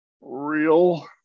real